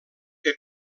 que